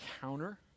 counter